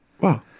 Wow